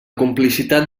complicitat